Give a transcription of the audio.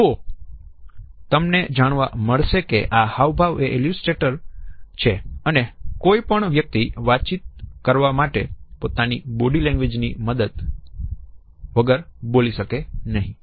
તો તમને જાણવા મળશે કે આ હાવભાવ એ એલ્યુસટ્રેટર છે અને કોઈ પણ વ્યક્તિ વાતચીત કરવા માટે પોતાની બોડી લેંગ્વેજ ની મદદ વગર બોલી શકે નહીં